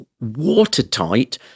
watertight